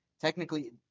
technically